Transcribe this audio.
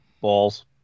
balls